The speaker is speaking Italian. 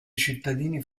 cittadini